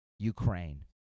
Ukraine